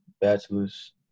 bachelor's